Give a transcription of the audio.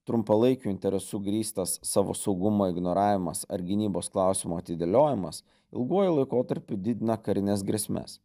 trumpalaikiu interesu grįstas savo saugumo ignoravimas ar gynybos klausimo atidėliojimas ilguoju laikotarpiu didina karines grėsmes